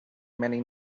many